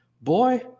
boy